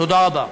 תודה רבה.